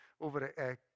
over